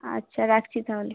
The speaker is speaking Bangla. আচ্ছা রাখছি তাহলে